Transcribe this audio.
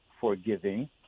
forgiving